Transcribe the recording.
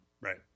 Right